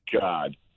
God